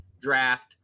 draft